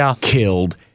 killed